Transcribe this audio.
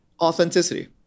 Authenticity